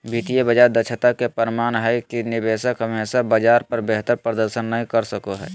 वित्तीय बाजार दक्षता के प्रमाण हय कि निवेशक हमेशा बाजार पर बेहतर प्रदर्शन नय कर सको हय